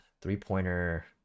three-pointer